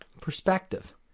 perspective